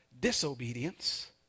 disobedience